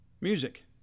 music